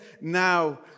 now